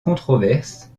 controverse